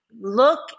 Look